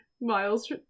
Miles